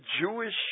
Jewish